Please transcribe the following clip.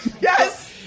Yes